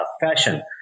fashion